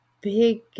big